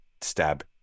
stab